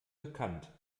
bekannt